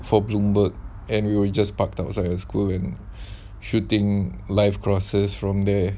for bloomberg and we were just parked outside a school in shooting life crosses from there